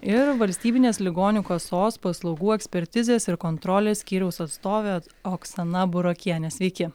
ir valstybinės ligonių kasos paslaugų ekspertizės ir kontrolės skyriaus atstovė oksana burokienė sveiki